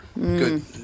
Good